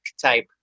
type